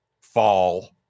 fall